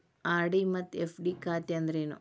RD ಮತ್ತ FD ಖಾತೆ ಅಂದ್ರೇನು